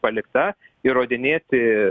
palikta įrodinėti